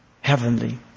heavenly